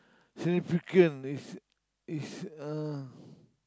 significant is is uh